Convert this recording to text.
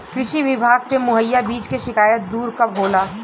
कृषि विभाग से मुहैया बीज के शिकायत दुर कब होला?